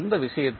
அந்த விஷயத்தில்